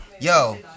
yo